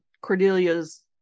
cordelia's